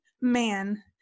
man